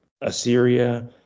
Assyria